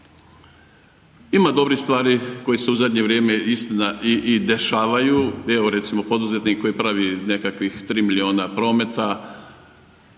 Ima dobrih stvari koje se u zadnje vrijeme istina i dešavaju, evo recimo poduzetnik koji pravi nekakvih tri milijuna prometa,